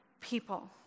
people